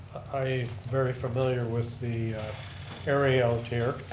i'm very familiar with the area out there.